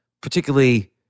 particularly